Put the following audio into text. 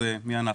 אז מי אנחנו?